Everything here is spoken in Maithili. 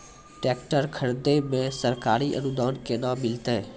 टेकटर खरीदै मे सरकारी अनुदान केना मिलतै?